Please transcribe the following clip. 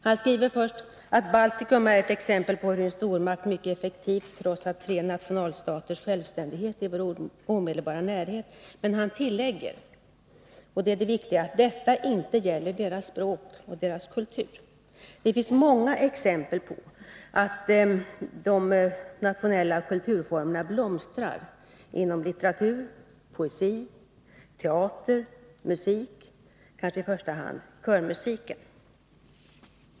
Han skriver att Baltikum är ”ett exempel på hur en stormakt mycket effektivt krossat tre nationalstaters självständighet i vår omedelbara närhet”, men han tillägger — och det är viktigt — att detta inte gäller deras språk och kultur. Det finns många exempel på att de nationella kulturformerna blomstrar inom litteraturen, särskilt poesin, teatern och musiken, kanske i första hand körmusiken.